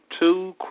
two